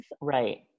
right